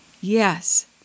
Yes